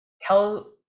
tell